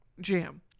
Jam